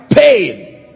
pain